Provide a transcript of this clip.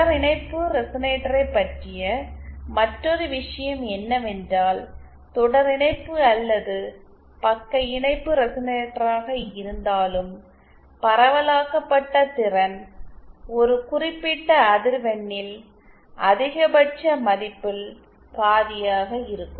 தொடரிணைப்பு ரெசனேட்டரைப் பற்றிய மற்றொரு விஷயம் என்னவென்றால் தொடரிணைப்பு அல்லது பக்க இணைப்பு ரெசனேட்டராக இருந்தாலும் பரவலாக்கப்பட்ட திறன் ஒரு குறிப்பிட்ட அதிர்வெண்ணில் அதிகபட்ச மதிப்பில் பாதியாக இருக்கும்